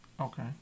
Okay